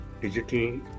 digital